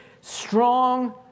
strong